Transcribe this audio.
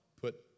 put